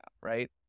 right